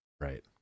right